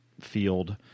field